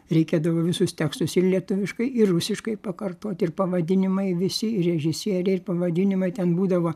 reikėdavo visus tekstus ir lietuviškai ir rusiškai pakartot ir pavadinimai visi režisieriai ir pavadinimai ten būdavo